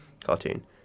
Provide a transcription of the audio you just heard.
cartoon